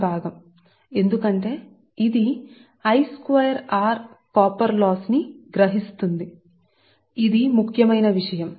కాబట్టి సాధారణంగా మీ రెసిస్టన్స్ ట్రాన్స్మిషన్ లైన్ యొక్క ముఖ్యమైన భాగం ఎందుకంటే ఇది కాపర్ లాస్ ని గ్రహిస్తుంది వినియోగిస్తుంది సరే ఇది ముఖ్యమైన విషయం